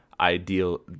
ideal